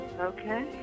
Okay